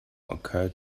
occurred